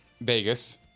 Vegas